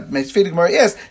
yes